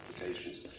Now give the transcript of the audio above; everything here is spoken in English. applications